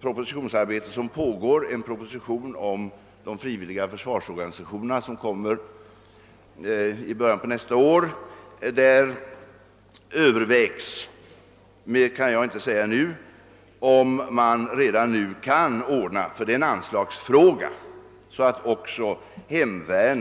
propositionsarbete som pågår om de frivilliga försvarsorganisationerna och som kommer att vara färdigt i början på nästa år, övervägs — mera kan jag inte säga nu — om man redan nu kan ordna så att också hemvärnet får en kollektiv olycksfallsförsäkring.